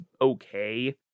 okay